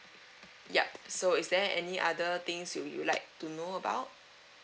yup so is there any other things you would like to know about